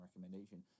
recommendation